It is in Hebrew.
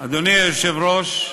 אדוני היושב-ראש,